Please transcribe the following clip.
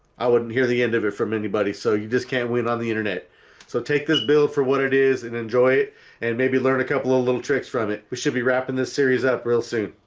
i wouldn't hear the end of it from anybody. so you just can't win and on the internet so take this bill for what it is and enjoy it and maybe learn a couple of little tricks from it we should be wrapping this series up real soon.